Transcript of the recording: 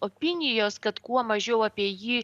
opinijos kad kuo mažiau apie jį